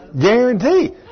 Guarantee